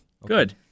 Good